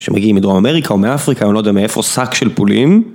שמגיעים מדרום אמריקה או מאפריקה או לא יודע מאיפה, שק של פולים.